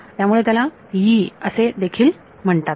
त्यामुळे त्याला यी असेल असे देखील म्हणतात